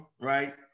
right